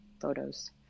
photos